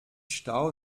stau